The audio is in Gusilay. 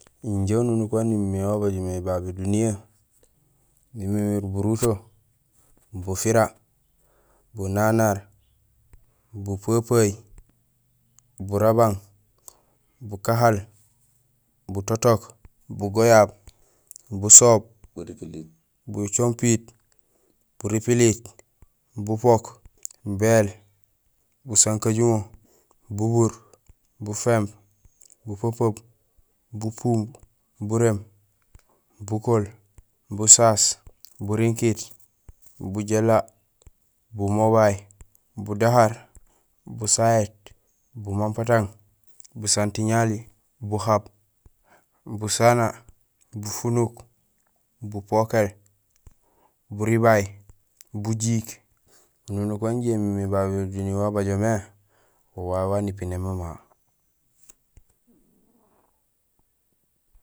Injé ununuk waan imimé wa baaj mé babé duniyee: nimimiir buruto, bufira, bunanaar, bupepeey, burabang, bukahaal, butotook, bugoyab, busoob, bucompiit, buripiliit, bupok, béél, busankajumo, bubuur, buféhimb, bupepeemb, bupumb, buréém, bukool, busaas, burinkiit, bujééla, bumobay, budahaar, busahét, bumampatang, busantiñali, buhaab, busana, bufunuk, bupokéél, buribay, bujiik, ununk wanjé imimé babé duniya wa bajo mé wo waawé waan ipiné mama